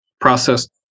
processed